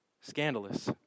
scandalous